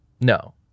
No